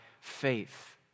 faith